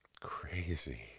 Crazy